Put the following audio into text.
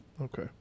Okay